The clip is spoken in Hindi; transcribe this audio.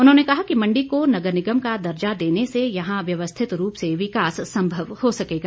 उन्होंने कहा कि मण्डी को नगर निगम का दर्जा देने से यहां व्यवस्थित रूप से विकास संभव हो सकेगा